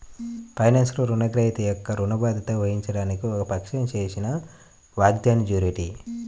ఫైనాన్స్లో, రుణగ్రహీత యొక్క ఋణ బాధ్యత వహించడానికి ఒక పక్షం చేసిన వాగ్దానాన్నిజ్యూరిటీ